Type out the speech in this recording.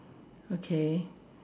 okay